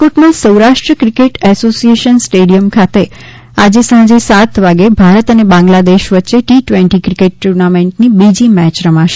રાજકોટમાં Saurashtra cricket association stadium ખાતે આ જે સાંજે સાત વાગ્યે ભારત અને બાંગ્લાદેશ વચ્ચે ટી ટ્વેન્ટી ક્રિકેટ ટુર્નામેન્ટની બીજી મેચ રમાશે